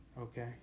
Okay